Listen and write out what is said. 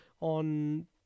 on